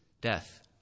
death